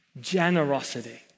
generosity